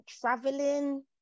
traveling